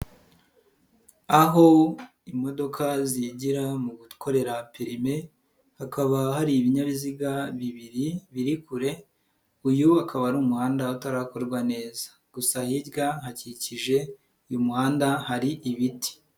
Aho imodoka zigira mu gukorera perime hakaba hari ibinyabiziga bibiri biri kure, uyu akaba ari umuhanda utarakorwa neza, gusa hirya ahakikije uyu muhanda hari ibiti.